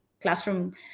classroom